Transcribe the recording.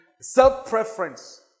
Self-preference